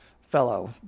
fellow